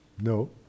No